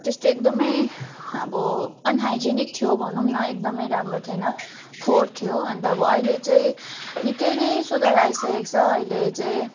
त्यस्तो एकदमै अब अनहाइजेनिक थियो भनुम न एकदमै राम्रो थिएन फोहोर थियो अन्त अब अहिले चाहिँ निक्कै नै सुधार आइसकेको छ अहिले चाहिँ